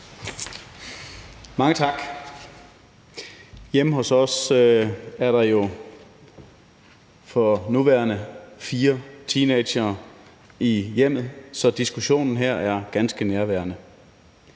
Mange tak. Hjemme hos os er der for nuværende fire teenagere i hjemmet, så diskussionen her er ganske nærværende.